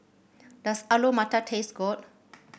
does Alu Matar taste good